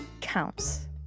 counts